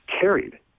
carried